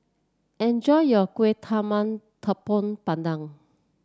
enjoy your Kuih Talam Tepong Pandan